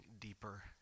deeper